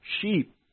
sheep